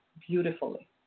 beautifully